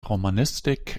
romanistik